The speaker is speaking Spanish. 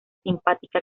simpática